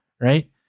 right